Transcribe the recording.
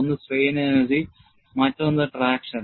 ഒന്ന് strain energy മറ്റൊന്ന് traction